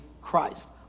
Christ